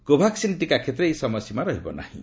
କୋଭାକସିନ୍ ଟିକା କ୍ଷେତ୍ରରେ ଏହି ସମୟସୀମା ରହିବ ନାହିଁ